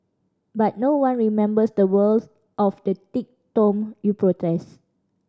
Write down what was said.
but no one remembers the words of the thick tome you protest